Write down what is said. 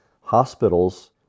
Hospitals